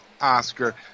Oscar